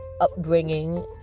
Upbringing